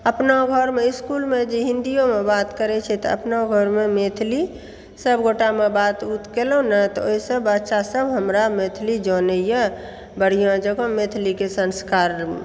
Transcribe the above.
अपना घरमे इसकुलमे जे हिन्दीयोमे बात करै छी तऽ अपना घरमे मैथिली सब गोटामे बात उत कएलहुॅं ने तऽ ओहिसे बच्चा सब हमरा मैथिली जनैया बढ़िऑं जेकाॅं मैथिलीके संस्कार